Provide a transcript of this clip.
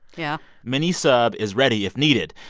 yeah mini-sub is ready if needed.